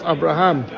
Abraham